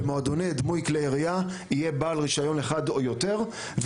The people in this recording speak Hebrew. במועדוני דמוי כלי ירייה יהיה בעל רישיון אחד או יותר,